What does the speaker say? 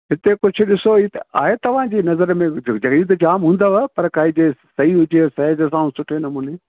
हिते कुझु ॾिसो आहे तव्हां जी नज़र में जॻहि त जामु हूंदव पर काई ॾिस सही हुजे ऐं साईज़ सां सुठे नमूने